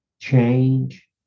change